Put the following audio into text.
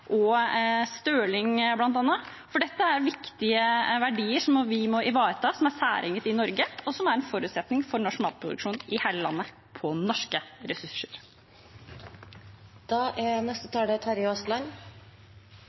og støling, for dette er viktige verdier som vi må ivareta, som er særegent i Norge, og som er en forutsetning for norsk matproduksjon i hele landet på norske